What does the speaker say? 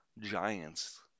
giants